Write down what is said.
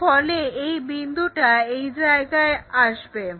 এর ফলে এই বিন্দুটা এই জায়গায় যাবে